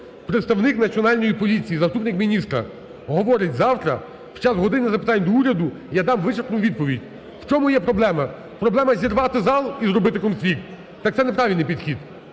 Представник Національної поліції, заступник міністра говорить: "Завтра під час "години запитань до Уряду" я дам вичерпну відповідь". У чому є проблема? Проблема зірвати зал і зробити конфлікт? Так це не правильний підхід.